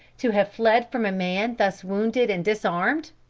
to have fled from a man thus wounded and disarmed,